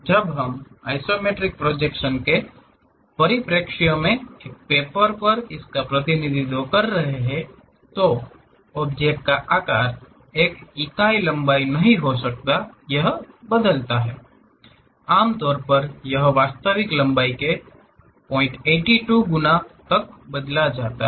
जब हम isometric projection के परिप्रेक्ष्य में एक पेपर पर इसका प्रतिनिधित्व कर रहे हैं तो ऑब्जेक्ट का आकार एक इकाई लंबाई नहीं हो सकता है यह बदलता है आमतौर पर यह वास्तविक लंबाई के 082 गुना तक बदल जाता है